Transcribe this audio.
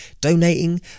donating